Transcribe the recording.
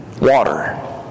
water